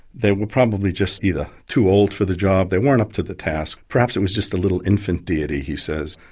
they were probably just either too old for the job, they weren't up to the task, perhaps it was just the little infant deity, he says,